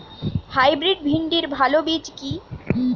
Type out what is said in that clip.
Hybrid ভিন্ডির ভালো বীজ কি?